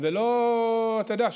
אתה יודע,